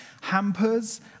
hampers